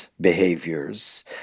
behaviors